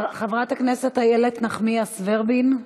חברת הכנסת איילת נחמיאס ורבין?